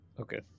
Okay